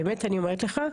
באמת אני אומרת לך,